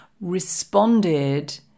responded